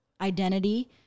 identity